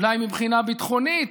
אולי מבחינה ביטחונית,